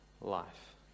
life